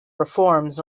reforms